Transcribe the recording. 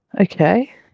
okay